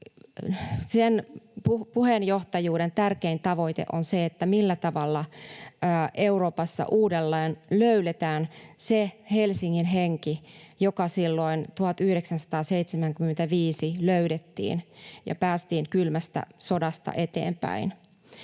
Sen puheenjohtajuuden tärkein tavoite on se, millä tavalla Euroopassa uudelleen löydetään se Helsingin henki, joka silloin 1975 löydettiin, jolloin päästiin kylmästä sodasta eteenpäin.